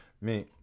mais